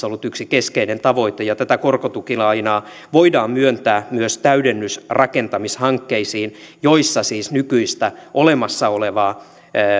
ollut yksi keskeinen tavoite tätä korkotukilainaa voidaan myöntää myös täydennysrakentamishankkeisiin joissa siis nykyistä olemassa olevaa